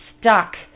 stuck